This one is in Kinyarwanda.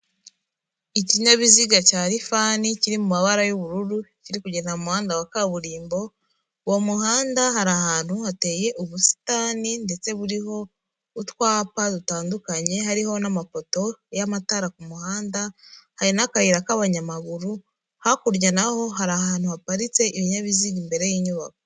Ikinyabiziga cya rifani, kiri mu mabara y'ubururu, kiri kugenda muhanda wa kaburimbo, uwo muhanda hari ahantu hateye ubusitani ndetse buriho, utwapa dutandukanye, hariho n'amapoto y'amatara ku muhanda, hari n'akayira k'abanyamaguru, hakurya naho hari ahantu haparitse ibinyabiziga imbere y'inyubako.